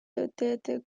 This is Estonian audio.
töötajate